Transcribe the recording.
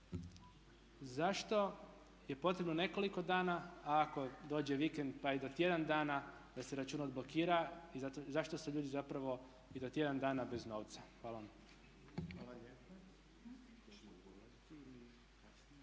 zašto je potrebno nekoliko dana a ako dođe vikend pa i do tjedan dana da se račun odblokira, i zašto su ljudi zapravo i do tjedan dana bez novca? Hvala vam.